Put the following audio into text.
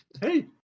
Hey